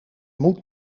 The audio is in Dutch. moet